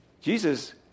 Jesus